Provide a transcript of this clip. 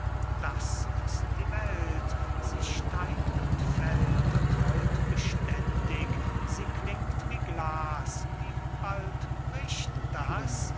das ist die welt sie steigt und fällt und rollt beständig sie klingt wie glas wie bald bricht das